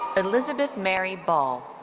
elizabeth mary ball.